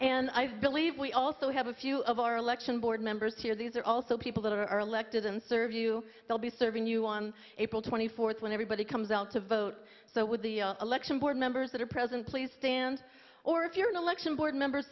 and i believe we also have a few of our election board members here these are also people that are elected and serve you they'll be serving you on april twenty fourth when everybody comes out to vote so with the election board members that are present please stand or if you're an election board member